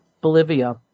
Bolivia